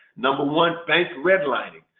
number one bank redlining.